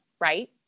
right